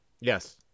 Yes